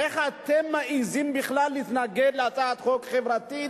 איך אתם מעזים בכלל להתנגד להצעת חוק חברתית,